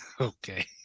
Okay